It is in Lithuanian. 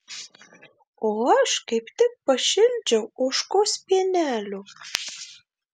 o aš kaip tik pašildžiau ožkos pienelio